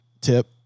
tip